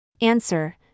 Answer